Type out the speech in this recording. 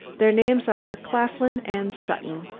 their names are claflin and sutton!